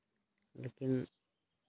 ᱞᱮᱠᱤᱱ